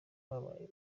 habaye